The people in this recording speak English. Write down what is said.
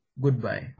Goodbye